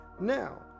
Now